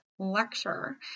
lecture